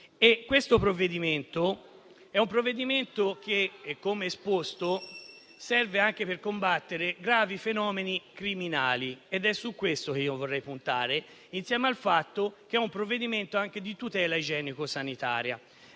Il provvedimento in esame, come esposto, serve anche per combattere gravi fenomeni criminali. È su questo che io vorrei puntare, insieme al fatto che è un provvedimento anche di tutela igienico-sanitaria.